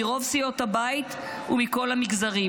מרוב סיעות הבית ומכל המגזרים.